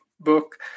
book